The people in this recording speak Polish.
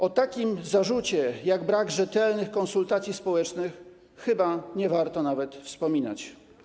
O takim zarzucie jak brak rzetelnych konsultacji społecznych chyba nie warto nawet wspominać.